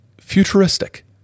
futuristic